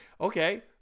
Okay